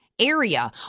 area